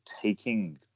taking